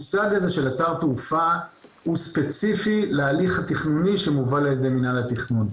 אתר תעופה הוא ספציפי להליך התכנוני שמובא לידי מינהל התכנון.